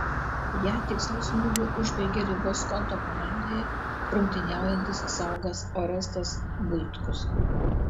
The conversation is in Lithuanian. ją tiksliu smūgiu užbaigė rygos skonto komandoje rungtyniaujantis saugas orestas buitkus